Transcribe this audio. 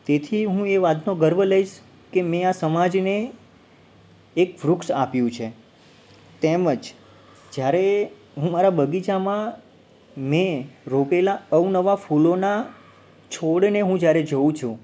તેથી હું એ વાતનો ગર્વ લઈશ કે મેં આ સમાજને એક વૃક્ષ આપ્યું છે તેમજ જયારે હું મારા બગીચામાં મેં રોપેલા અવનવાં ફૂલોનાં છોડને હું જયારે જોઉં છું